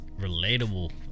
Relatable